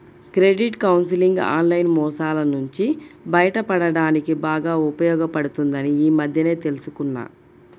credit counselling online మోసాల నుంచి బయటపడడానికి బాగా ఉపయోగపడుతుందని ఈ మధ్యనే తెల్సుకున్నా